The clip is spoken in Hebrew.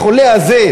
החולה הזה,